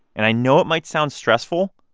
and i know it might sound stressful,